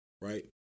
Right